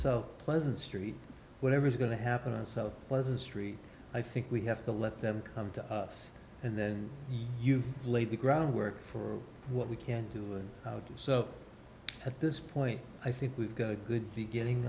so pleasant street whatever's going to happen and so was a street i think we have to let them come to us and then you lay the groundwork for what we can do so at this point i think we've got a good beginning